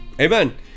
Amen